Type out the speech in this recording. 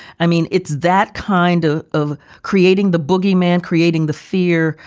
i mean, it's that kind ah of creating the boogey man, creating the fear,